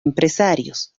empresarios